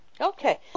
Okay